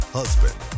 husband